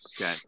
Okay